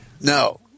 No